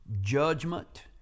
judgment